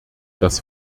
das